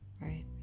right